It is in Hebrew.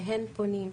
אליהן פונים,